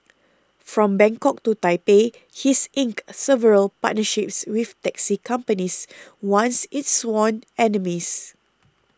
from Bangkok to Taipei he's inked several partnerships with taxi companies once its sworn enemies